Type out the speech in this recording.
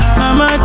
mama